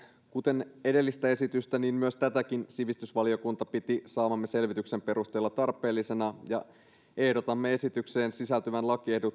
kuten edellistä esitystä tätäkin sivistysvaliokunta piti saamamme selvityksen perusteella tarpeellisena ja ehdotamme esitykseen sisältyvän